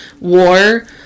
War